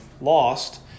lost